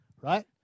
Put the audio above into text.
right